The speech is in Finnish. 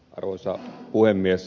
arvoisa puhemies